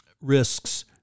risks